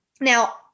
Now